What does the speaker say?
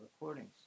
recordings